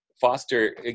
foster